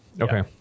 okay